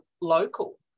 local